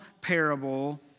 parable